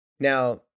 Now